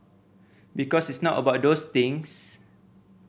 because it's not about those things